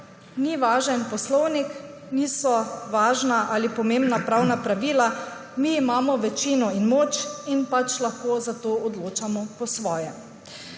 ni važen poslovnik, niso važna ali pomembna pravna pravila, mi imamo večino in moč in zato lahko odločamo po svoje.